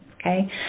Okay